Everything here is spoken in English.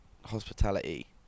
hospitality